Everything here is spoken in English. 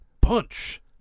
Punch